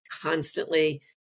constantly